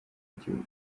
gihugu